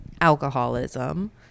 alcoholism